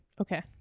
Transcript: Okay